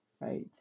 right